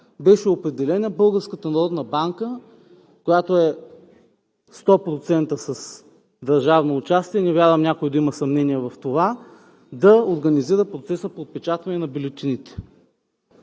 народна банка, която е 100% с държавно участие – не вярвам някой да има съмнения в това, да организира процеса по отпечатване на бюлетините.